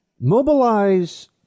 mobilize